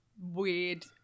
Weird